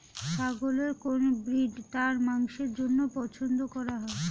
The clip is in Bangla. ছাগলের কোন ব্রিড তার মাংসের জন্য পছন্দ করা হয়?